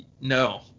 No